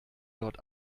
dort